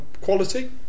quality